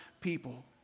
people